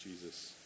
Jesus